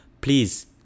please